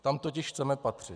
Tam totiž chceme patřit.